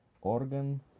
Organ